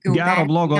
gero blogo